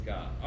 God